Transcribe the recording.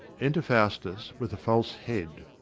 enter faustus with a false head.